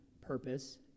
purpose